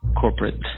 corporate